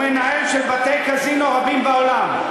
הוא מנהל של בתי-קזינו רבים בעולם.